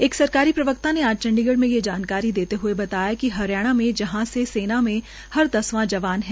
एक सरकारी प्रवक्ता ने आज चंडीगढ़ में ये जानकारी देते हुए बताया कि हरियाणा में जहां से सेना में हर दसवां जवान है